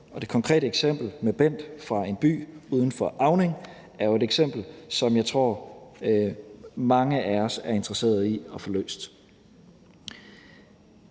det konkrete eksempel med Bent fra en by uden for Auning er jo et eksempel, som jeg tror mange af os er interesseret i at få løst.